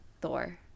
Thor